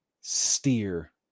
steer